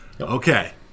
okay